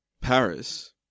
Paris